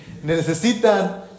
Necesitan